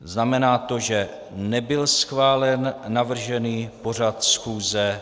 Znamená to, že nebyl schválen navržený pořad schůze.